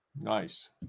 nice